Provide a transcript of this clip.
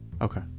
Okay